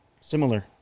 similar